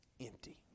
empty